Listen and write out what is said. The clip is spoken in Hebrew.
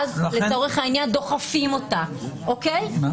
ולצורך העניין דוחפים אותה, איך אנחנו נתייחס לכך?